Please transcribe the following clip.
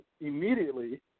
immediately